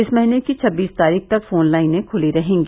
इस महीने की छब्बीस तारीख तक फोन लाइनें खुली रहेंगी